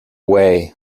way